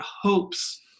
hopes